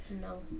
No